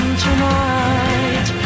tonight